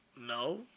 No